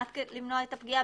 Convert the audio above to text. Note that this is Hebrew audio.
הפגיעה,